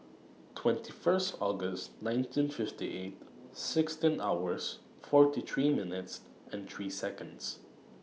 twenty First August nineteen fifty eight sixteen hours forty three minutes and three Seconds